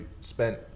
spent